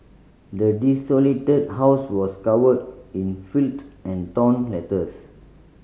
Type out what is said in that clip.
the desolated house was covered in filth and torn letters